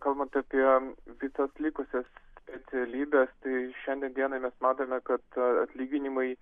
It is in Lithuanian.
kalbant apie visas likusias specialybes tai šiandien dienai mes matome kad atlyginimai